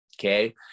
Okay